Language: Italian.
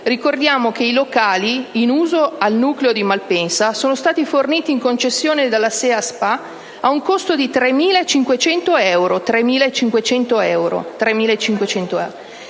Ricordiamo che i locali in uso al nucleo di Malpensa sono stati forniti in concessione dalla SEA SpA ad un costo di 3.500 euro.